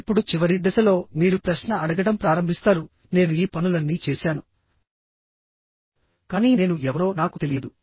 ఇప్పుడు చివరి దశలో మీరు ప్రశ్న అడగడం ప్రారంభిస్తారు నేను ఈ పనులన్నీ చేశాను కానీ నేను ఎవరో నాకు తెలియదు